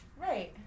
Right